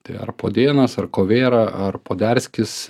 tai ar podėnas ar kovėra ar poderskis